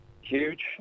Huge